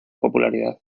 popularidad